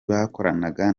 bakoranaga